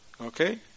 okay